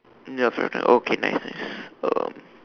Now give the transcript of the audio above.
ya correct correct okay nice nice um